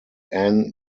ann